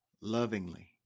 lovingly